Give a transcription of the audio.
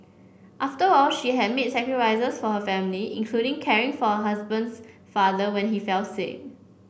after all she had made sacrifices for her family including caring for husband's father when he fell sick